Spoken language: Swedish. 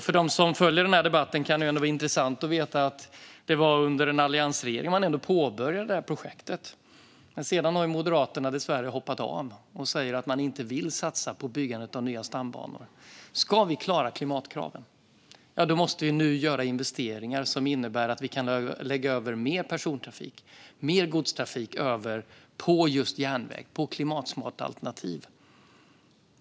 För dem som följer debatten kan det vara intressant att veta att det ändå var under alliansregeringen som man påbörjade projektet. Men sedan har Moderaterna dessvärre hoppat av och säger att de inte vill satsa på byggandet av nya stambanor. Om vi ska klara klimatkraven måste vi nu göra investeringar som innebär att vi kan lägga över mer persontrafik och mer godstrafik på just järnväg, på klimatsmarta alternativ.